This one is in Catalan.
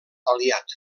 aliat